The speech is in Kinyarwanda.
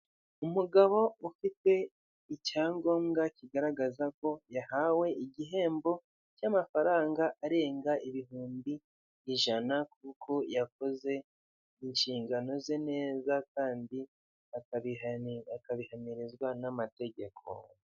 Umugabo ufite icyangombwa kigaragaza ko yahawe igihembo cy'amafaranga arenga ibihumbi ijana kuko yakoze inshingano ze neza kandi akabihamirizwa n'amategeko.